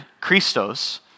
Christos